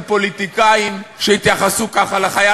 כשאתם חושבים עליו,